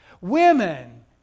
Women